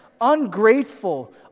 ungrateful